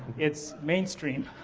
it's mainstream